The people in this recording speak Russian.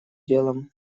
делом